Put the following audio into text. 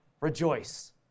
rejoice